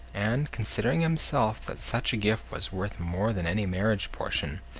and, considering himself that such a gift was worth more than any marriage portion,